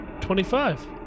Twenty-five